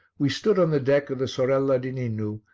we stood on the deck of the sorella di ninu,